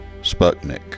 Sputnik